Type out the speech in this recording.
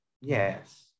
Yes